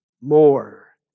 more